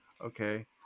Okay